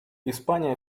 испания